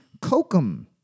Kokum